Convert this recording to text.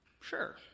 Sure